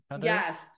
Yes